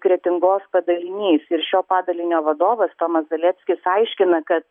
kretingos padalinys ir šio padalinio vadovas tomas zaleckis aiškina kad